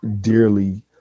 dearly